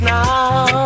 now